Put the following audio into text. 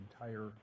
entire